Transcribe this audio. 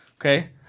okay